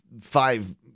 five